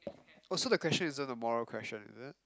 also the question isn't a moral question is it